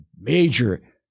major